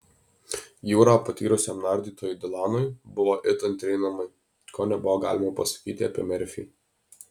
jūra patyrusiam nardytojui dilanui buvo it antrieji namai ko nebuvo galima pasakyti apie merfį